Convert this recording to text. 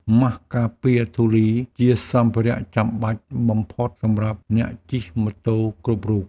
ម៉ាស់ការពារធូលីជាសម្ភារៈចាំបាច់បំផុតសម្រាប់អ្នកជិះម៉ូតូគ្រប់រូប។